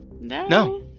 No